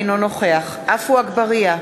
אינו נוכח עפו אגבאריה,